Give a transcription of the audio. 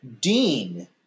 Dean